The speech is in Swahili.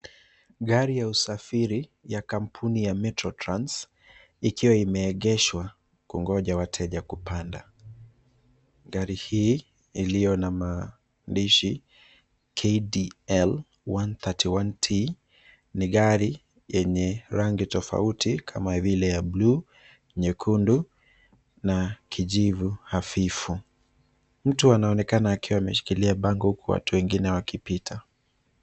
Gari ya usafiri ya kampuni ya Metrotrans ikiwa imeegeshwa kungoja wateja kupanda. Gari hii iliyo na maandishi KDL 131T ni gari yenye rangi tofauti kama vile ya bluu, nyekundu na kijivu hafifu. Mtu anaonekana akiwa ameshikilia bango huku watu wengine wakipita.